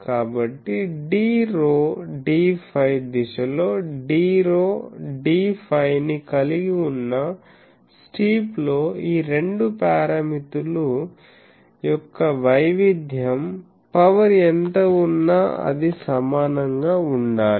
కాబట్టి dρ dφ దిశలో dρ dφ ని కలిగి ఉన్న స్టీప్ లో ఈ రెండు పారామితుల యొక్క వైవిధ్యం పవర్ ఎంత ఉన్నా అది సమానంగా ఉండాలి